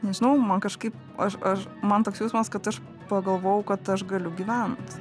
nežinau man kažkaip aš aš man toks jausmas kad aš pagalvojau kad aš galiu gyvent